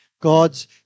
God's